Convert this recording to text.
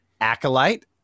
acolyte